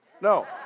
No